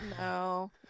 no